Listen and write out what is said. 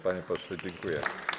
Panie pośle, dziękuję.